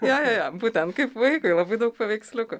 jo jo jo būtent kaip vaikui labai daug paveiksliukų